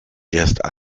erst